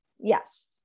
yes